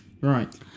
Right